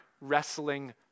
wrestling